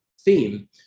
theme